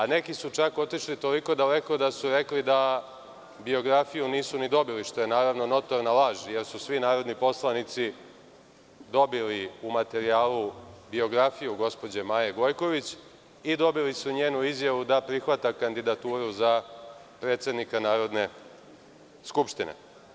Neki su čak otišli toliko daleko da su rekli da biografiju nisu ni dobili, što je notorna laž jer su svi narodni poslanici dobili u materijalu biografiju gospođe Maje Gojković i dobili su njenu izjavu da prihvata kandidaturu za predsednika Narodne skupštine.